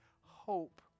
hope